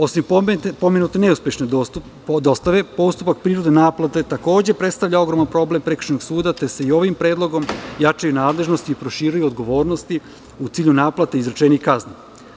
Osim pomenute neuspešne dostave, postupak prinudne naplate takođe predstavlja ogroman problem prekršajnog suda, te se i ovim predlogom jačaju nadležnosti i proširuju odgovornosti u cilju naplate izrečenih kazni.